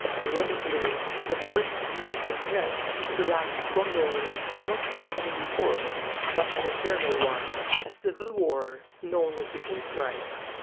ironically, the first significant threat to the land of gondor, would be an enemy force, but an internal one, a civil war known as the kin strife.